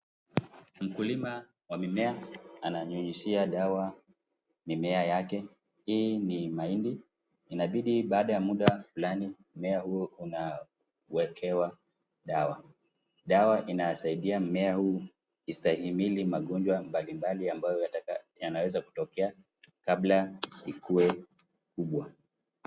Mkulima wa mimea ananyunyizia dawa mimea yake. Hii ni mahindi, inabidi baada ya muda fulani mmea huu unawekewa dawa. Dawa inasaidia mmea huu kustahimili magonjwa mbalimbali ambayo yanaweza kutokea kabla ikue kubwa.